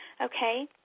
Okay